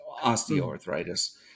osteoarthritis